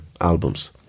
albums